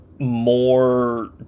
More